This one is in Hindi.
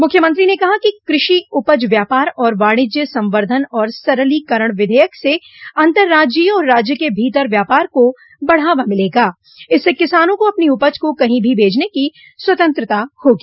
मुख्यमंत्री ने कहा कि कृषि उपज व्यापार और वाणिज्य संवर्धन और सरलीकरण विधेयक से अन्तराज्योय और राज्य के भोतर व्यापार को बढ़ावा मिलेगा इससे किसानों को अपनी उपज को कहीं भी बेचने की स्वतंत्रता होगी